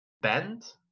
bend